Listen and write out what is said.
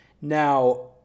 Now